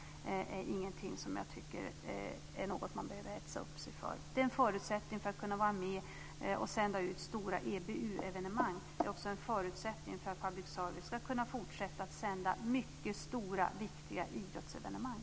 Det är ingenting som jag tycker att man behöver hetsa upp sig för. Det är en förutsättning för att kunna vara med och sända ut stora EBU-evenemang. Det är också en förutsättning för att public service ska kunna fortsätta att sända mycket stora, viktiga idrottsevenemang.